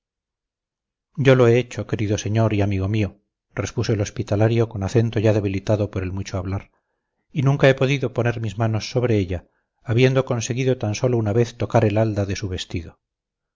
yo lo he hecho querido señor y amigo mio repuso el hospitalario con acento ya debilitado por el mucho hablar y nunca he podido poner mis manos sobre ella habiendo conseguido tan sólo una vez tocar el halda de su vestido